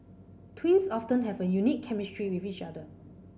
twins often have a unique chemistry with each other